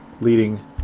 leading